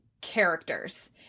characters